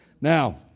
Now